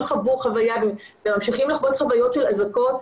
חוו חוויה וממשיכים לחוות חוויות של אזעקות,